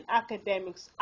academics